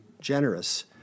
generous